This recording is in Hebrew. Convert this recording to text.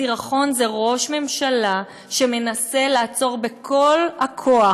הסירחון זה ראש ממשלה שמנסה לעצור בכל הכוח